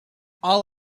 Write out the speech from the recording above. all